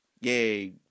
yay